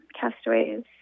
castaways